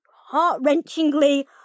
heart-wrenchingly